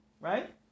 right